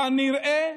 כנראה,